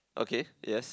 okay yes